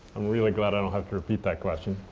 i'm really glad i don't have to repeat that question.